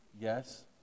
Yes